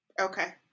Okay